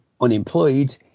unemployed